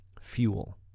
fuel